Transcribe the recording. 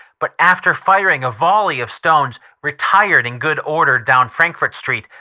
but after firing a volley of stones, retired in good order down frankfort street.